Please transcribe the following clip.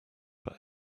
but